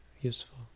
useful